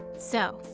so,